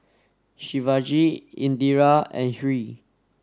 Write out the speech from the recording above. Shivaji Indira and Hri